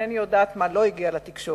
אינני יודעת מה לא הגיע לתקשורת: